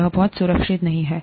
यह बहुत सुरक्षित नहीं है